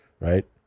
right